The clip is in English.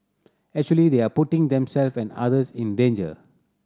actually they are putting themselves and others in danger